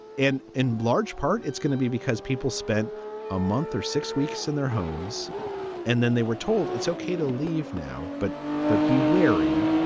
and in large part, it's going to be because people spent a month or six weeks in their homes and then they were told it's ok to leave now but but be wary.